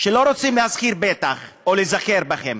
שלא רוצים להזכיר, בטח, או להיזכר בהם.